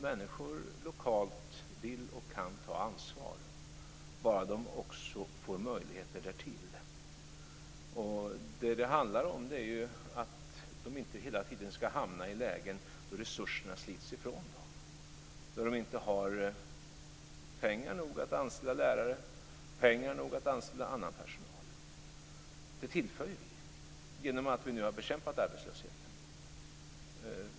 Människor lokalt vill och kan ta ansvar bara de också får möjligheter därtill. Det handlar om att de inte hela tiden ska hamna i lägen där resurserna slits ifrån dem och där de inte har pengar nog att anställa lärare eller annan personal. Det tillför vi genom att vi nu har bekämpat arbetslösheten.